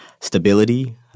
stability